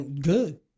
Good